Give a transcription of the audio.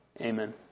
Amen